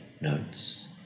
notes